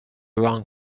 wrong